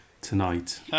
tonight